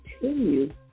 continue